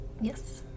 Yes